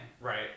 Right